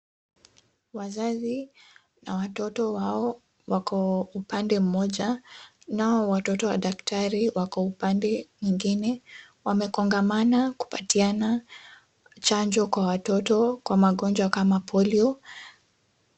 Wazai na watoto wao wako upande mmoja nao watoto wa daktari wako upande mwingine. Wamekongamana kupatiana chanjo kwa watoto kwa magonjwa kama polio .